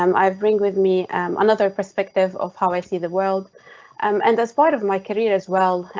um i've ring with me another perspective of how i see the world um and as part of my career as well,